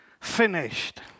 finished